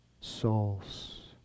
souls